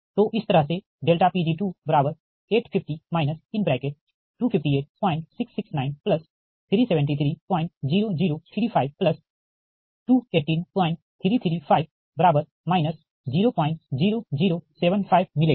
तो इस तरह से Pg850 2586693730035218335 00075 मिलेगी